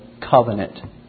covenant